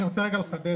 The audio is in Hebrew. אני רוצה לחדד.